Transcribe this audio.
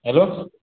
hello